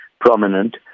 prominent